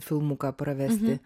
filmuką pravesti